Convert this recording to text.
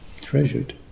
treasured